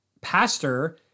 pastor